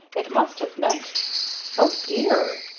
it must have meant oh dear!